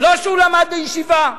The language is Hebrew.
לא שהוא למד בישיבה,